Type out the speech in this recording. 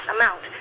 amount